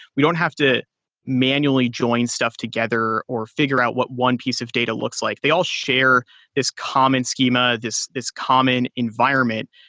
we don't have to manually join stuff together or figure out what one piece of data looks like. they all share this common schema, this this common environment.